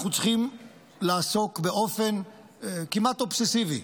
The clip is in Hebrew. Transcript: אנחנו צריכים לעסוק באופן כמעט אובססיבי,